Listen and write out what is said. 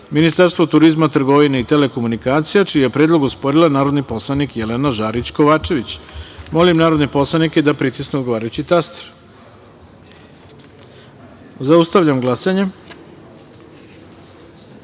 Ministarstva turizma, trgovine i telekomunikacija, čiji je predlog osporila narodni poslanik Jelena Žarić Kovačević. Molim narodne poslanike da pritisnu odgovarajući taster. Zaustavljam glasanje: